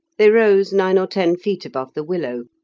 they rose nine or ten feet above the willow,